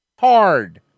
hard